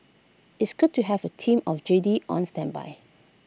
it's good to have A team of Jedi on standby